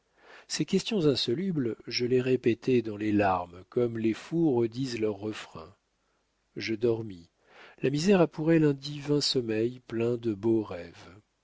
ces questions insolubles je les répétais dans les larmes comme les fous redisent leurs refrains je dormis la misère a pour elle un divin sommeil plein de beaux rêves